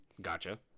Gotcha